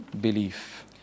belief